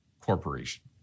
Corporation